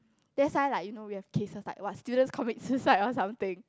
that's why like you know we have cases like what student commit suicide or something